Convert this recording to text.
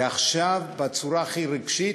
ועכשיו, בצורה הכי רגשית,